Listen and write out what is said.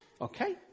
Okay